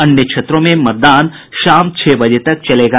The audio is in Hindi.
अन्य क्षेत्रों में मतदान शाम छह बजे तक चलेगा